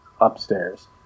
upstairs